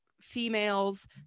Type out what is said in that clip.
females